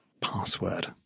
password